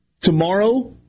Tomorrow